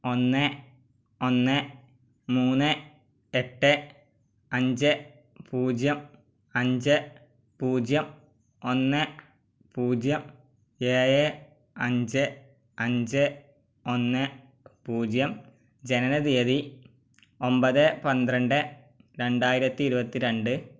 ഒന്ന് ഒന്ന് മൂന്ന് എട്ട് അഞ്ചു പൂജ്യം അഞ്ചു പൂജ്യം ഒന്ന് പൂജ്യം ഏഴ് അഞ്ചു അഞ്ചു ഒന്ന് പൂജ്യം ജനനത്തീയതി ഒൻപത് പന്ത്രണ്ട് രണ്ടായിരത്തി ഇരുപത്തി രണ്ട്